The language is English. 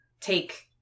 take